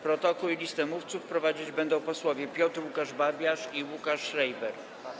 Protokół i listę mówców prowadzić będą posłowie Piotr Łukasz Babiarz i Łukasz Schreiber.